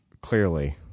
Clearly